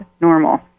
normal